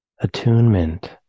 attunement